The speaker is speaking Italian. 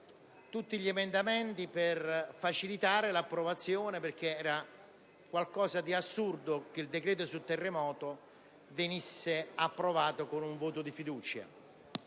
tutti gli emendamenti per facilitare l'approvazione del provvedimento, perché era assurdo che il decreto sul terremoto venisse approvato con un voto di fiducia.